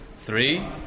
Three